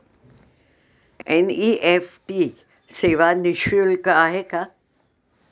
NEFT सेवा निःशुल्क आहे का?